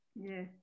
Yes